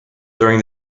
during